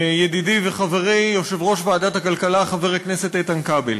ידידי וחברי יושב-ראש ועדת הכלכלה חבר הכנסת איתן כבל,